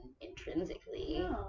intrinsically